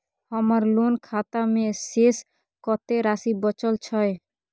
हमर लोन खाता मे शेस कत्ते राशि बचल छै?